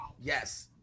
Yes